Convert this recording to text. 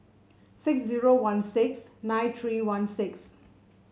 six zero one six nine three one six